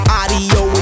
audio